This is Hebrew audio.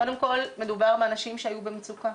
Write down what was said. קודם כל מדובר באנשים שהיו במצוקה.